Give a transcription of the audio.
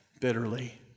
bitterly